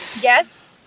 Yes